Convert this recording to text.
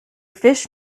fish